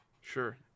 Sure